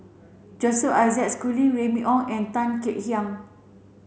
Joseph Isaac Schooling Remy Ong and Tan Kek Hiang